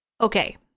Okay